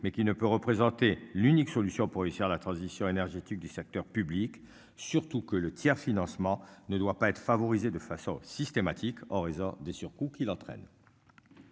mais qui ne peut représenter l'unique solution pour réussir la transition énergétique du secteur public. Surtout que le tiers-financement ne doit pas être favorisée de façon systématique en raison des surcoûts qui l'entraîne.